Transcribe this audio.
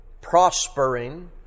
prospering